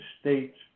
states